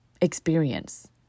experience